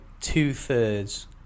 two-thirds